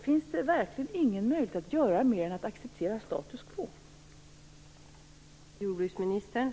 Finns det verkligen ingen möjlighet att göra mer än att acceptera status quo?